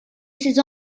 ses